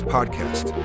Podcast